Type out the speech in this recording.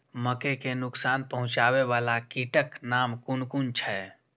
मके के नुकसान पहुँचावे वाला कीटक नाम कुन कुन छै?